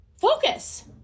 focus